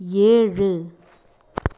ஏழு